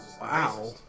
Wow